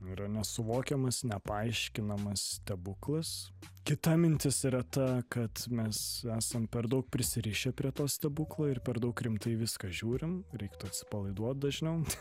yra nesuvokiamas nepaaiškinamas stebuklas kita mintis yra ta kad mes esam per daug prisirišę prie to stebuklo ir per daug rimtai viską žiūrim reiktų atsipalaiduot dažniau